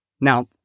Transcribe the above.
Now